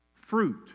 fruit